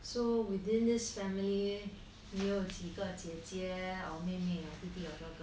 so within this family 你有几个姐姐 or 妹妹 or 弟弟 or 哥哥